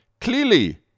Clearly